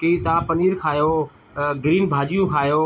की तव्हां पनीर खायो ग्रीन भाॼियूं खायो